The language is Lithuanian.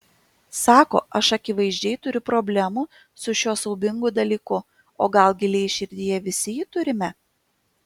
sako aš akivaizdžiai turiu problemų su šiuo siaubingu dalyku o gal giliai širdyje visi jų turime